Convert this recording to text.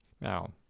now